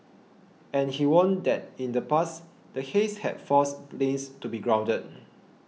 and he warned that in the past the haze had forced planes to be grounded